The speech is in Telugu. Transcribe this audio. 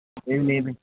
లేదు లేదు